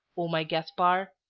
o my gaspar